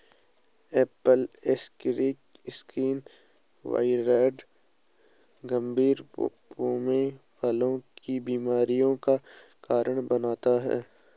Apple scar skin viroid गंभीर pome फलों की बीमारियों का कारण बनता है